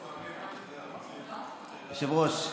היושב-ראש,